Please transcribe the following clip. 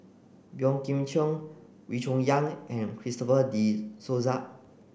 Boey Kim Cheng Wee Cho Yaw and Christopher De Souza